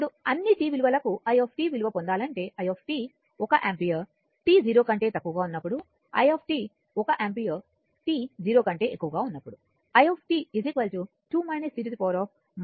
ఇప్పుడు అన్ని t విలువ లకు i విలువ పొందాలంటే i ఒక యాంపియర్ t 0 కంటే తక్కువగా ఉన్నప్పుడు i 1 యాంపియర్ మరియు t 0 కంటే ఎక్కువగా ఉన్నప్పుడు i 2 e 2t యాంపియర్ అవుతుంది